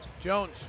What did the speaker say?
Jones